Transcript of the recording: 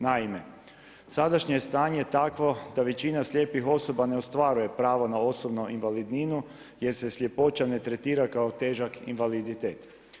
Naime, sadašnje je stanje takvo da većina slijepih osoba ne ostvaruje pravo na osobnu invalidninu jer se sljepoća ne tretira kao težak invaliditet.